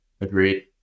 Agreed